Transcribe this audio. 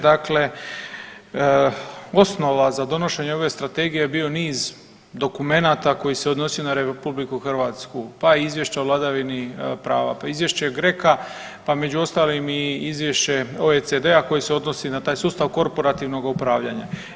Dakle, osnova za donošenje ove strategije je bio niz dokumenata koji se odnosio na RH, pa izvješće o vladavini prava, pa izvješće GRECO-a, pa među ostalim i izvješće OECD-a koji se odnosi na taj sustav korporativnog upravljanja.